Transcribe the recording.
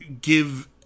give